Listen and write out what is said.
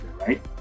right